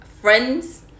Friends